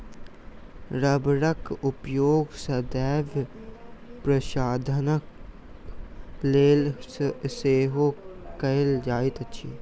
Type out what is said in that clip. रबड़क उपयोग सौंदर्य प्रशाधनक लेल सेहो कयल जाइत अछि